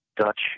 Dutch